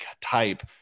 type